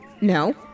No